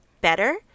better